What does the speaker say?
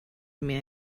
mir